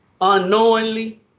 unknowingly